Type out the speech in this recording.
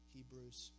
Hebrews